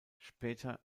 später